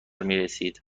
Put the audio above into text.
میرسید